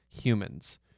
humans